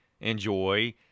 enjoy